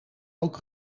ook